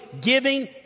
giving